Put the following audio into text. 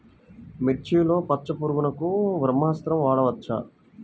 మిర్చిలో పచ్చ పురుగునకు బ్రహ్మాస్త్రం వాడవచ్చా?